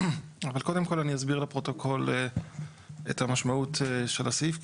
קודם כל אני אסביר לפרוטוקול את המשמעות של הסעיף,